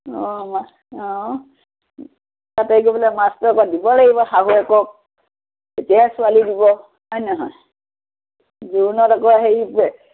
অঁ অঁ তাতে গৈ পেলাই মাছটো আকৌ দিব লাগিব শাহুৱেকক তেতিয়াহে ছোৱালী দিব হয় নহয় জোৰোণত আকৌ সেই যে